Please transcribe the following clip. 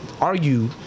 argue